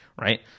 right